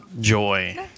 Joy